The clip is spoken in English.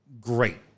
great